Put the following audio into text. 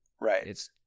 Right